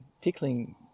tickling